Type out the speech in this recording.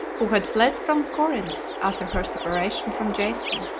who had fled from corinth after her separation from jason,